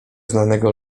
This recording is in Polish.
znanego